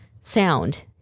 sound